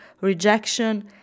rejection